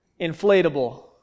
inflatable